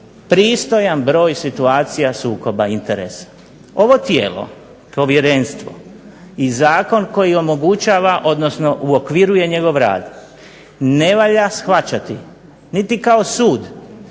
pristojan broj situacija sukoba interesa. Ovo tijelo, povjerenstvo, i zakon koji omogućava, odnosno uokviruje njegov rad ne valja shvaćati niti kao sud,